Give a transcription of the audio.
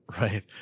right